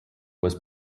was